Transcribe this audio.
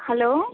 hello